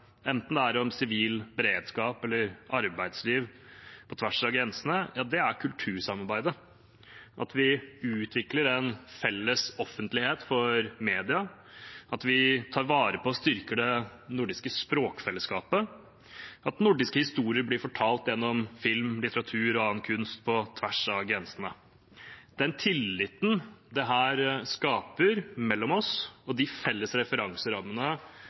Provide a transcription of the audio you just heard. enten det er om sivil beredskap eller arbeidsliv på tvers av grensene, er kultursamarbeidet, at vi utvikler en felles offentlighet for media, at vi tar vare på og styrker det nordiske språkfellesskapet, at nordisk historie blir fortalt gjennom film, litteratur og annen kunst på tvers av grensene. Den tilliten dette skaper mellom oss, og de felles referanserammene